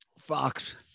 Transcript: Fox